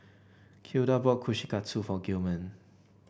Hilda bought Kushikatsu for Gilman